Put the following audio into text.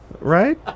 right